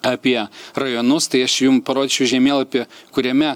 apie rajonus tai aš jum parodčiau žemėlapį kuriame